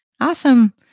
Awesome